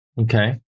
Okay